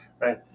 right